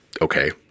Okay